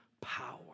power